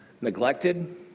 neglected